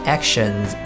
Actions